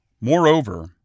Moreover